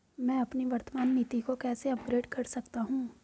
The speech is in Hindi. मैं अपनी वर्तमान नीति को कैसे अपग्रेड कर सकता हूँ?